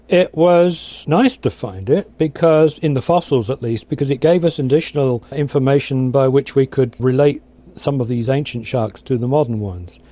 it was nice to find it in the fossils at least because it gave us additional information by which we could relate some of these ancient sharks to the modern ones.